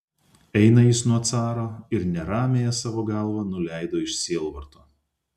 eina jis nuo caro ir neramiąją savo galvą nuleido iš sielvarto